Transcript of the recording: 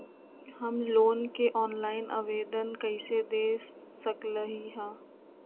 हम लोन के ऑनलाइन आवेदन कईसे दे सकलई ह?